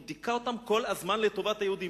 והוא דיכא אותם כל הזמן לטובת היהודים.